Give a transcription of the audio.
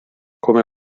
come